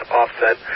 offset